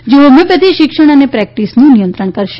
જે હોમીયોપેથી શિક્ષણ અને પ્રેકટિસનું નિયંત્રણ કરશે